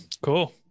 cool